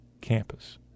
campus